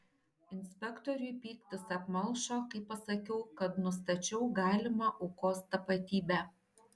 inspektoriui pyktis apmalšo kai pasakiau kad nustačiau galimą aukos tapatybę